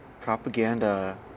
Propaganda